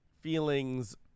feelings